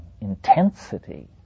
intensity